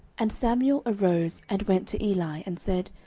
and samuel arose and went to eli, and said,